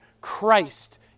Christ